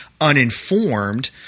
uninformed